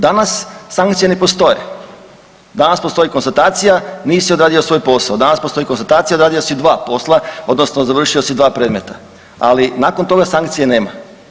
Danas sankcije ne postoje, danas postoji konstatacija nisi odradio svoj posao, danas postoji konstatacija odradio si sva posla odnosno završio si dva predmeta, ali nakon toga sankcije nema.